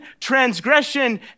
transgression